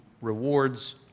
rewards